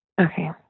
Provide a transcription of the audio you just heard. Okay